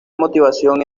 motivación